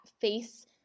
face